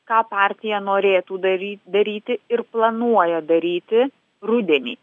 ką partija norėtų dary daryti ir planuoja daryti rudenį